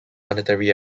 monetary